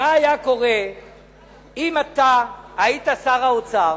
מה היה קורה אם אתה היית שר האוצר,